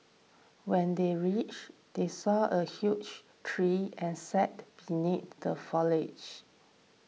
when they reached they saw a huge tree and sat beneath the foliage